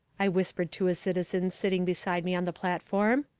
i whispered to a citizen sitting beside me on the platform.